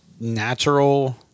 natural